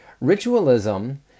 Ritualism